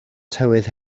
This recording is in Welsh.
tywydd